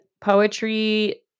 Poetry